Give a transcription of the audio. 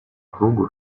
кругу